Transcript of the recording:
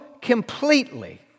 completely